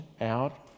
out